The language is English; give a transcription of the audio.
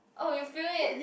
oh you feel it